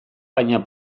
baina